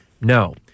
No